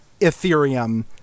Ethereum